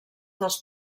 dels